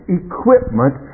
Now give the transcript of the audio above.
equipment